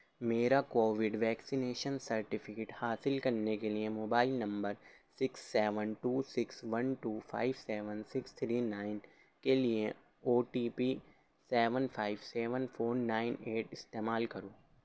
میرا COVID vaccination certificate حاصل کرنے کے لیے mobile number six seven two six one two five seven six three nine کے لیے O T P seven five seven four nine eight استعمال کرو